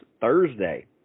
Thursday